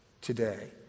today